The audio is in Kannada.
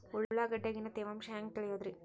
ಉಳ್ಳಾಗಡ್ಯಾಗಿನ ತೇವಾಂಶ ಹ್ಯಾಂಗ್ ತಿಳಿಯೋದ್ರೇ?